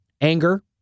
anger